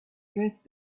dressed